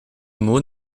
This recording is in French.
mot